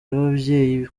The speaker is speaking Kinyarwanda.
y’ababyeyi